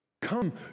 Come